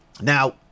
Now